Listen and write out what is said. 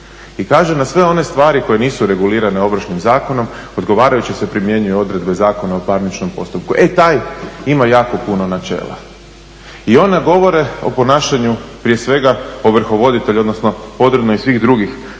i kaže na sve one stvari koje nisu reguliranim Ovršnim zakonom odgovarajući se primjenjuju odredbe Zakona o parničkom postupku. E taj ima jako puno načela i ona govore o ponašanju prije svega ovrhovoditelja, odnosno … i svih drugih